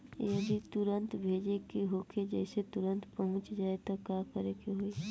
जदि तुरन्त भेजे के होखे जैसे तुरंत पहुँच जाए त का करे के होई?